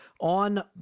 on